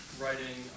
writing